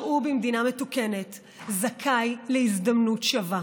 הוא במדינה מתוקנת זכאי להזדמנות שווה,